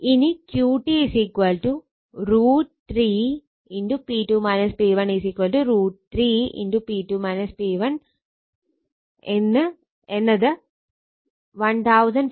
ഇനി QT √ 3 √ 3 × P2 P1 എന്നത് 1497